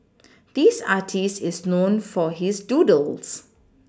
this artist is known for his doodles